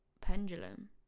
Pendulum